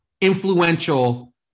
influential